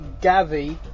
Gavi